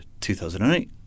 2008